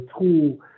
tool